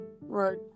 Right